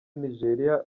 nigeria